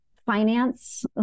finance